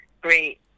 great